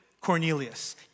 Cornelius